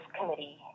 committee